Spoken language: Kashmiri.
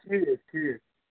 ٹھیٖک ٹھیٖک